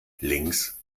links